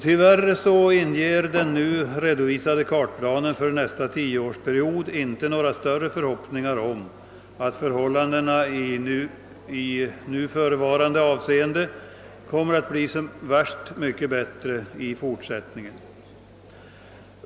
Tyvärr inger den nu redovisade kartplanen för nästa 10-årsperiod inte några större förhoppningar om att förhållandena i förevarande avseende kommer att bli så värst mycket bättre i fortsättningen.